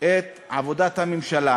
את עבודת הממשלה,